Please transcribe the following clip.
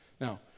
Now